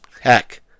heck